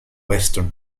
western